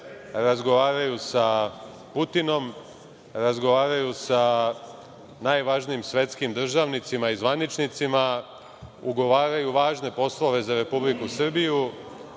razgovaraju sa Putinom, razgovaraju sa najvažnijim svetskim državnicima i zvaničnicima, ugovaraju važne poslove za Republiku Srbiju,